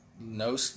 No